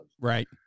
Right